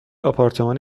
آپارتمان